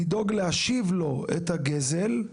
לדאוג להשיב לו את הגזל.